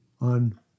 on